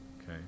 okay